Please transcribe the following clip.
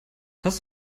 hast